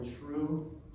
true